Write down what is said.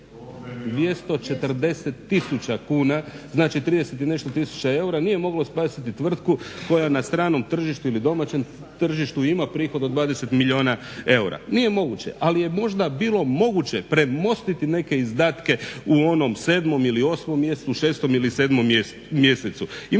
240 tisuća kuna znači 30 i nešto tisuća eura nije moglo spasiti tvrtku koja na stranom ili domaćem tržištu ima prihod od 20 milijuna eura, nije moguće. Ali je možda bilo moguće premostiti neke izdatke u onom 7.ili 8.mjesecu, 6.ili 7.mjesecu.